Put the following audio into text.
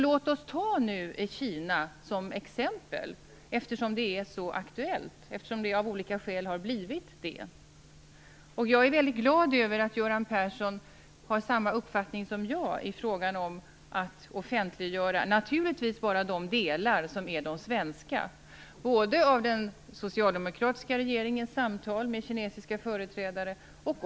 Låt oss ta Kina som exempel eftersom det är så aktuellt, det har ju av olika skäl blivit det. Jag är väldigt glad att Göran Persson har samma uppfattning som jag i fråga om att offentliggöra - naturligtvis bara de delar som är svenska - den socialdemokratiska regeringens samtal med kinesiska företrädare.